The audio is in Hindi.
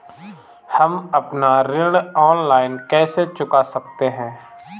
हम अपना ऋण ऑनलाइन कैसे चुका सकते हैं?